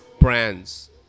brands